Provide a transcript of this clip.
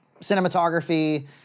cinematography